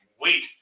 wait